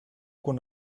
con